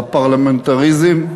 לפרלמנטריזם,